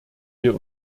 wir